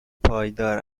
پایدار